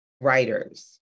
writers